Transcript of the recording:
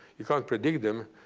you can't predict them.